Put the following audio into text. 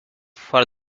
for